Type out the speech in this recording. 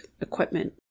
equipment